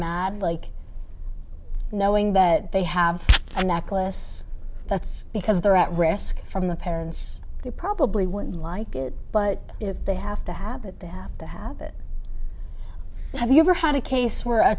mad like knowing that they have and that class that's because they're at risk from the parents they probably won't like it but if they have to have it they have to have it have you ever had a case where